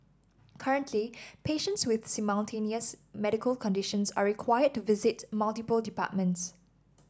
currently patients with simultaneous medical conditions are required to visit multiple departments